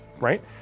right